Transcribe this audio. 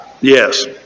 Yes